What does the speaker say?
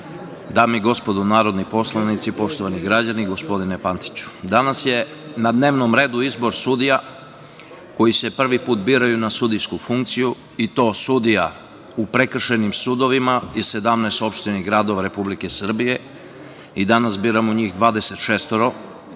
dame i gospodo narodni poslanici, poštovani građani, gospodine Pantiću, danas je na dnevnom redu izbor sudija koji se prvi put biraju na sudijsku funkciju i to sudija u prekršajnim sudovima iz 17 opština i gradova Republike Srbije i danas biramo njih 26, kao